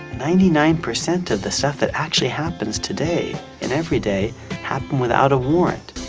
ninety nine percent of the stuff that actually happens today and every day happen without a warrant.